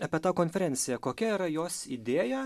apie tą konferenciją kokia yra jos idėja